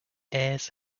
ayres